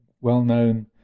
well-known